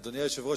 אדוני היושב-ראש,